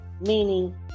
meaning